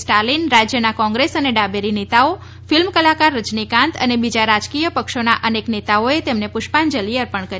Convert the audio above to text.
સ્ટાલિન રાજયના કોગ્રેસ અને ડાબેરી નેતાઓ ફિલ્મ કલાકાર રજનીકાંત અને બીજા રાજકીય પક્ષોના અનેક નેતાઓએ તેમને પુષ્પાંજલી અર્પણ કરી